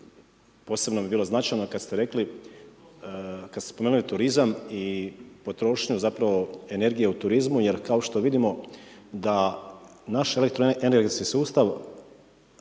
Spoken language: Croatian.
posebno mi bilo značajno kada ste spomenuli turizam i potrošnju, zapravo, energije u turizmu jer kao što vidimo da naš elektroenergetski sustav